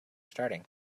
starting